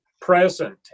present